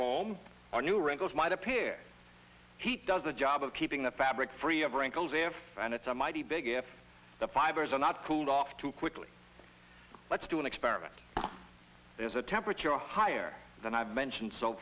home or new wrinkles might appear he does the job of keeping the fabric free of wrinkles if and it's a mighty big if the fibers are not cooled off too quickly let's do an there's a temperature higher than i've mentioned so